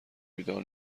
بیدار